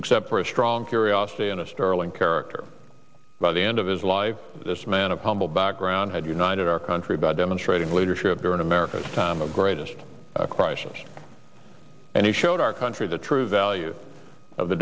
except for a strong curiosity and a sterling character by the end of his life this man of humble background had united our country by demonstrating leadership during america's time of greatest crisis and he showed our country the true value of the